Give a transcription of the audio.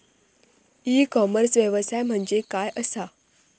E commerce व्यवसाय म्हणजे काय असा?